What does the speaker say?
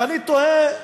ואני תוהה,